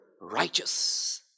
righteous